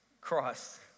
Christ